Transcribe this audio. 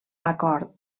acord